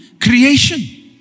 creation